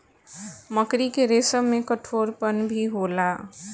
मकड़ी के रेसम में कठोरपन भी होला